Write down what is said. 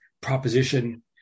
proposition